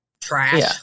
trash